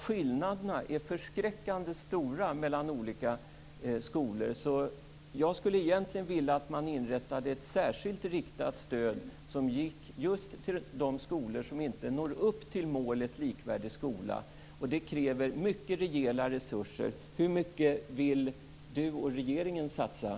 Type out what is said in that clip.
Skillnaderna är förskräckande stora mellan olika skolor. Jag skulle egentligen vilja att man inrättade ett särskilt riktat stöd som gick just till de skolor som inte når upp till målet om att alla skolor skall vara likvärdiga. Det kräver mycket rejäla resurser.